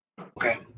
Okay